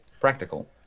practical